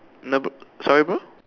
nah bro sorry bro